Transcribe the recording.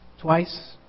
twice